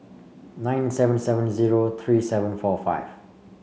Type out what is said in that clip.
nine seven seven zero three seven four five